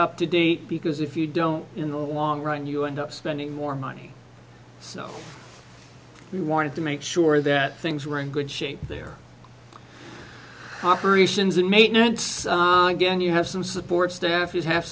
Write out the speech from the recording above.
up to date because if you don't in the long run you end up spending more money so we wanted to make sure that things were in good shape there operations and maintenance again you have some support staff you have